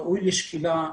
ראוי לשקילה,